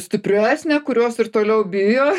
stipresnę kurios ir toliau bijo